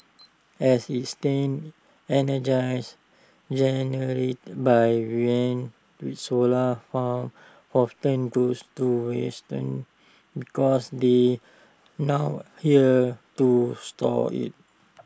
as its stands energize generated by wind solar farms often goes to wasting because they nowhere to store IT